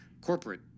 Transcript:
corporate